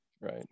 Right